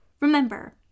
Remember